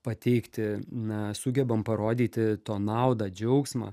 pateikti na sugebam parodyti to naudą džiaugsmą